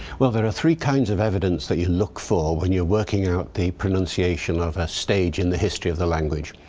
well there are three kinds of evidence that you look for when you're working out the pronunciation of a stage in the history of the language.